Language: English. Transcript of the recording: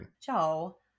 Joe